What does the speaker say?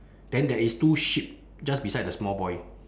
then there is two sheep just beside the small boy